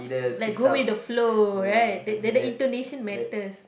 like go with the flow right that the Indonesian matters